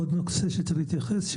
עוד נושא שצריך להתייחס אליו,